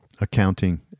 accounting